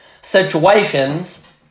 situations